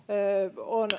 on